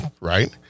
Right